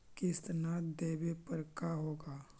किस्त न देबे पर का होगा?